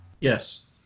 Yes